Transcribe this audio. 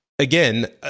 Again